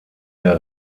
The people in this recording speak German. der